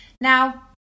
Now